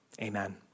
Amen